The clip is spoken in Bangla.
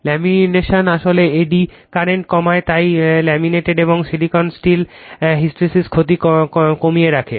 ল্যামিনেশন আসলে এডি কারেন্ট কমায় তাই লেমিনেটেড এবং সিলিকন স্টীল হিস্টেরেসিস ক্ষতি কমিয়ে রাখে